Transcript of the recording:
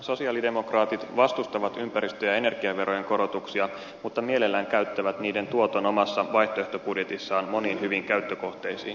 sosialidemokraatit vastustavat ympäristö ja energiaverojen korotuksia mutta mielellään käyttävät niiden tuoton omassa vaihtoehtobudjetissaan moniin hyviin käyttökohteisiin